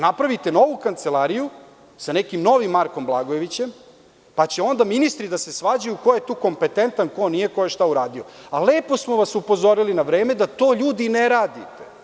Napravite novu kancelariju, sa nekim novim Markom Blagojevićem, pa će onda ministri da se svađaju ko je tu kompetentan, ko nije, ko je šta uradio, a lepo smo vas upozorili na vreme da to, ljudi, ne radite.